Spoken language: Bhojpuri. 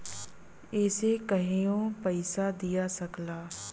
इसे कहियों पइसा दिया सकला